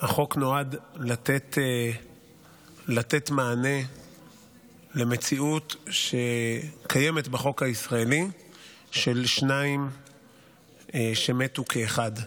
החוק נועד לתת מענה למציאות שקיימת בחוק הישראלי של שניים שמתו כאחד.